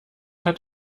hat